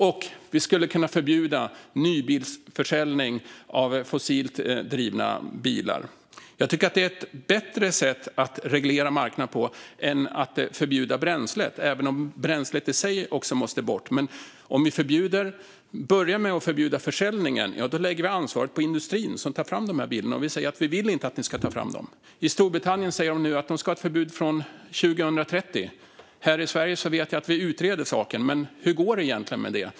Och vi skulle kunna förbjuda nybilsförsäljning av fossilt drivna bilar. Jag tycker att det är ett bättre sätt att reglera marknaden på än att förbjuda bränslet, även om bränslet i sig också måste bort. Men om vi börjar med att förbjuda försäljningen lägger vi ansvaret på industrin som tar fram de här bilarna. Vi kan säga: Vi vill inte att ni ska ta fram dem. I Storbritannien säger de att de ska ha ett förbud från 2030. Här i Sverige vet jag att vi utreder saken, men hur går det egentligen med det?